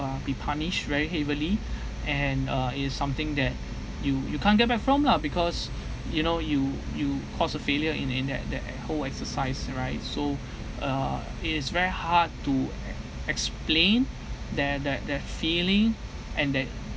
be punish very heavily and uh it is something that you you can't go back from lah because you know you you cause a failure in in that that whole exercise right so uh it is very hard to ex~ explain that the the feeling and that